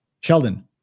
Sheldon